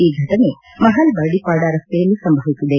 ಈ ಫಟನೆ ಮಹಲ್ ಬರ್ಡಿಪಾಡ ರಸ್ತೆಯಲ್ಲಿ ಸಂಭವಿಸಿದೆ